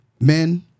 Men